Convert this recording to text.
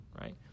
right